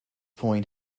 point